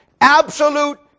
absolute